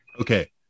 Okay